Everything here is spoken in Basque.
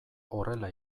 horrela